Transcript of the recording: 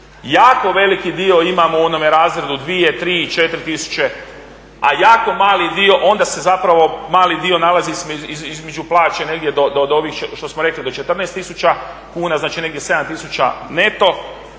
Jako veliki dio imamo u onome razredu 2, 3, 4 tisuće,a jako mali dio, onda se zapravo mali dio nalazi između plaće do ovih 14 tisuća kuna, dakle negdje 7 tisuća neto.